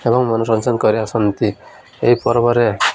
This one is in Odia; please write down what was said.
ଏବଂ ମନୋରଞ୍ଜନ କରି ଆସନ୍ତି ଏହି ପର୍ବରେ